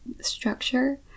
structure